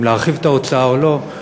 אם להרחיב את ההוצאה או לא.